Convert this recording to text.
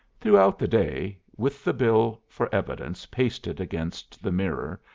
throughout the day, with the bill, for evidence, pasted against the mirror,